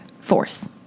force